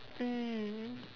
mm